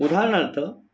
उदाहरणार्थ